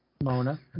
Mona